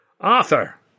Arthur